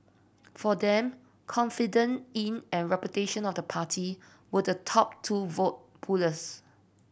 for them confidence in and reputation of the party were the top two vote pullers